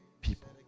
People